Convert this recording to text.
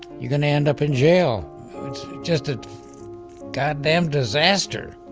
you're going to end up in jail. it's just a goddamn disaster,